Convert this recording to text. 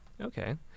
Okay